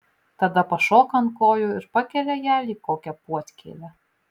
tada pašoka ant kojų ir pakelia ją lyg kokią puodkėlę